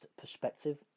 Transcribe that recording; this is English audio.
perspective